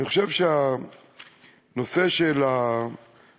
אני חושב שהנושא של הדיון,